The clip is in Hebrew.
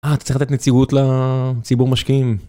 אה, אתה צריך לדעת נציגות לציבור משקיעים.